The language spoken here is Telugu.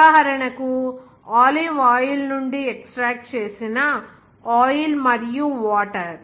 ఉదాహరణకు ఆలివ్ ఆయిల్ నుండి ఎక్స్ట్రాక్ట్ చేసిన ఆయిల్ మరియు వాటర్